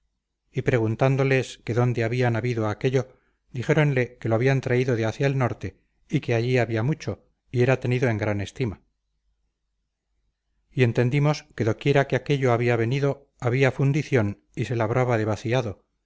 y preguntándoles que dónde habían habido aquello dijéronle que lo habían traído de hacia el norte y que allí había mucho y era tenido en gran estima y entendimos que do quiera que aquello había venido había fundición y se labraba